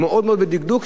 מאוד מאוד מדקדק,